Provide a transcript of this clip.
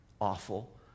awful